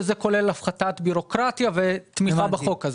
וזה כולל הפחתת בירוקרטיה ותמיכה בחוק הזה.